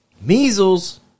Measles